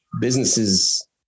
Businesses